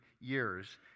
years